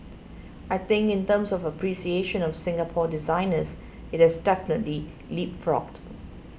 I think in terms of appreciation of Singapore designers it has definitely leapfrogged